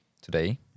today